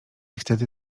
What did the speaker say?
wtedy